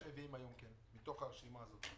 מה אתם מביאים היום מתוך הרשימה הזאת?